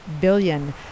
billion